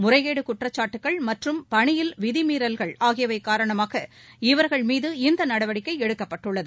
முறைகேடு குற்றச்சாட்டுகள் மற்றும் பணியில் விதிமீறல்கள் ஆகியவை காரணமாக அவர்கள் மீது இந்த நடவடிக்கை எடுக்கப்பட்டுள்ளது